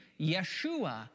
Yeshua